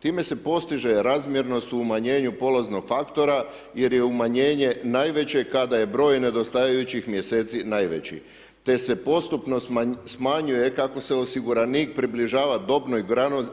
Time se postiže razmjernost umanjenju polaznog faktora, jer je umanjenje najveći kada je broj nedostajućih mjeseci najveći, te se postupno smanjuje kako se osiguranik približava dobnoj